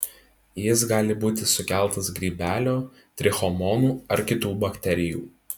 jis gali būti sukeltas grybelio trichomonų ar kitų bakterijų